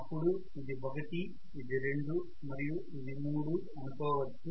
అప్పుడు ఇది 1 ఇది 2 మరియు ఇది 3 అనుకోవచ్చు